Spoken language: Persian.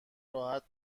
راحت